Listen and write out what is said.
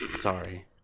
Sorry